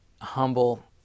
humble